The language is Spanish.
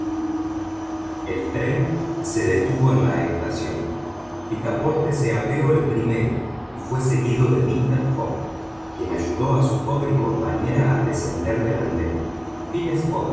el tren se detuvo en la estación picaporte se apeó el primero y fue seguido de mister fogg quien ayudó a su joven compañera a descender al andén